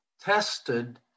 tested